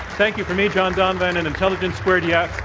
thank you from me, john donvan, and intelligence squared yeah